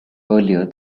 earlier